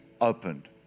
opened